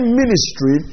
ministry